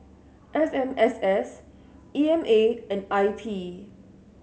F M S S E M A and I P